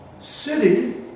city